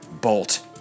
bolt